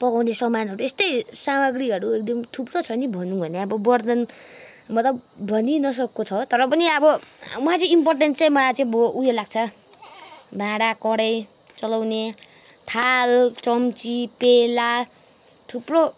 पकाउने सामानहरू यस्तै सामग्रीहरू एकदम थुप्रो छ नि भन्नु भने अब वर्तन मतलब भनिनसकको छ तर पनि अब मलाई चाहिँ इम्पोर्टेन्ट चाहिँ मलाई चाहिँ अब उयो लाग्छ भाँडा कराही चलाउने थाल चम्ची पेला थुप्रो